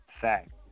Fact